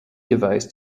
device